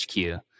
HQ